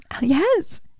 yes